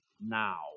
now